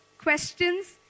questions